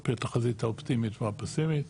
על פי התחזית האופטימית והפסימית.